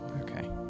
Okay